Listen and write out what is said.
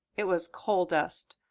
it was coal dust.